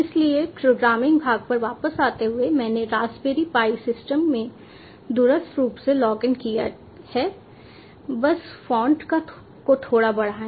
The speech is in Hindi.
इसलिए प्रोग्रामिंग भाग पर वापस आते हुए मैंने रास्पबेरी पाई सिस्टम में दूरस्थ रूप से लॉग इन किया है बस फ़ॉन्ट को थोड़ा बढ़ाएं